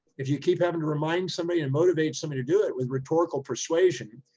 if you keep having to remind somebody and motivate somebody to do it with rhetorical persuasion,